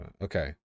Okay